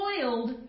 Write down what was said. spoiled